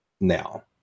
now